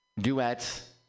duets